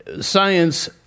science